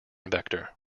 vector